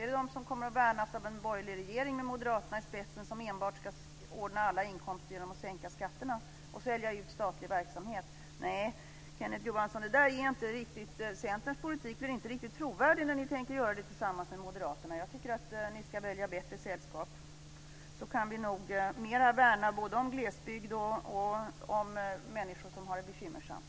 Är det de som kommer att värnas av en borgerlig regering med Moderaterna i spetsen som ska ordna alla inkomster enbart genom att sänka skatterna och sälja ut statlig verksamhet? Nej, det där är inte riktigt Centerns politik. Ni är inte riktigt trovärdiga när ni tänker göra det tillsammans med Moderaterna. Jag tycker att ni ska välja bättre sällskap så kan vi mera värna både glesbygd och de människor som har det bekymmersamt.